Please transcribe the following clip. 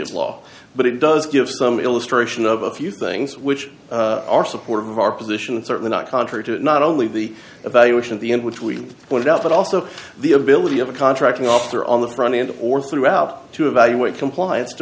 of law but it does give some illustration of a few things which are supportive of our position certainly not contrary to not only the evaluation of the in which we've pointed out but also the ability of a contracting officer on the front end or throughout to evaluate compliance to